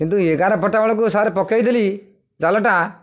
କିନ୍ତୁ ଏଗାର ପଟା ବେଳକୁ ସାର୍ ପକେଇ ଦେଲି ଜାଲଟା